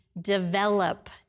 develop